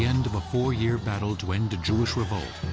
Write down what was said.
end of a four-year battle to end a jewish revolt,